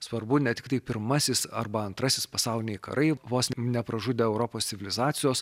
svarbu ne tiktai pirmasis arba antrasis pasauliniai karai vos nepražudę europos civilizacijos